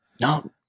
No